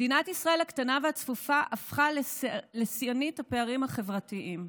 מדינת ישראל הקטנה והצפופה הפכה לשיאנית הפערים החברתיים.